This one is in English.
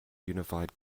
unified